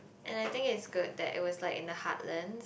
and I think it's good that it was like in the heartlands